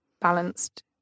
balanced